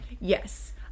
Yes